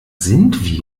sind